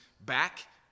back